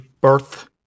birth